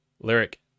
lyric